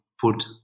put